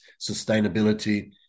sustainability